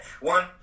one